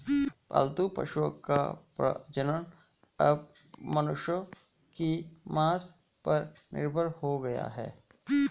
पालतू पशुओं का प्रजनन अब मनुष्यों की मंसा पर निर्भर हो गया है